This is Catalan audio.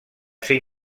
ser